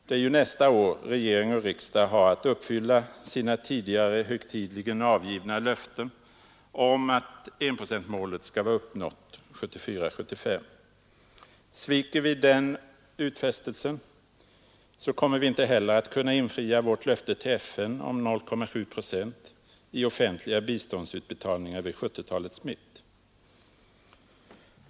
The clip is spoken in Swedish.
Det är ju nästa år regering och riksdag har att uppfylla sina tidigare högtidligen avgivna löften om att enprocentmålet skall vara uppnått 1974/75. Sviker vi denna utfästelse, kommer vi inte heller att kunna infria vårt löfte till FN om 0,7 procent i offentliga biståndsutbetalningar vid 1970-talets mitt.